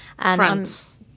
France